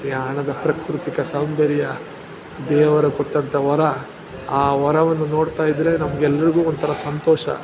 ಯಾಣದ ಪ್ರಾಕೃತಿಕ ಸೌಂದರ್ಯ ದೇವರು ಕೊಟ್ಟಂಥ ವರ ಆ ವರವನ್ನು ನೋಡುತ್ತಾಯಿದ್ದರೆ ನಮ್ಗೆಲ್ರಿಗೂ ಒಂಥರ ಸಂತೋಷ